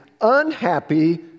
unhappy